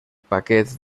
paquets